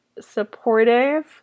supportive